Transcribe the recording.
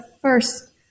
first